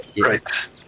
Right